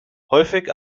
häufig